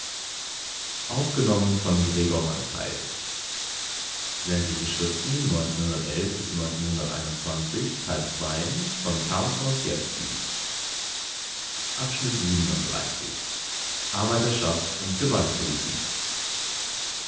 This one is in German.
von arbeiterschaft und